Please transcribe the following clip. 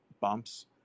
bumps